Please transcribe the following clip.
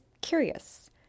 curious